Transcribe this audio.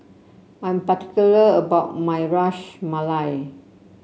I am particular about my Ras Malai